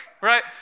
Right